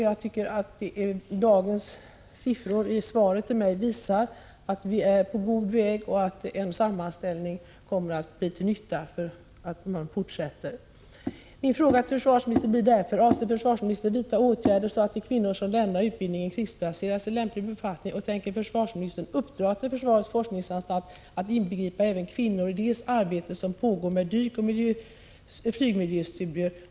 Jag tycker att siffrorna i dagens svar till mig visar att vi är på god väg och att en sammanställning kommer att bli till nytta i det fortsatta arbetet. Mina frågor till försvarsministern blir: Tänker försvarsministern uppdra till försvarets forskningsanstalt att inbegripa även kvinnor i det arbete som pågår med dykoch flygmiljöstudier?